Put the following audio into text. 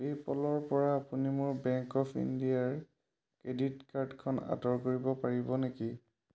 পে'পলৰপৰা আপুনি মোৰ bank of ইণ্ডিয়াৰ ক্ৰেডিট কাৰ্ডখন আঁতৰ কৰিব পাৰিব নেকি